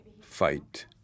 fight